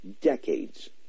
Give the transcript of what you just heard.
decades